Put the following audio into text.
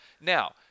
Now